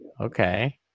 Okay